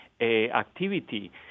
activity